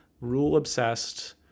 rule-obsessed